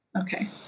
Okay